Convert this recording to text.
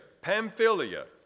Pamphylia